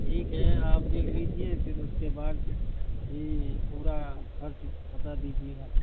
ٹھیک ہے آپ دیکھ لیجیے پھر اس کے بعد جی پورا خرچ بتا دیجیے گا